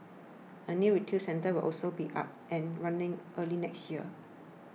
a new retail centre will also be up and running early next year